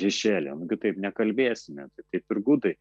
šešėlyje nugi taip nekalbėsime taip ir gudai